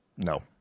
No